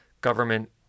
government